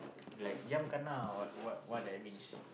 like young kena or what what that means